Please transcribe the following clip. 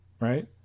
Right